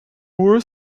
moore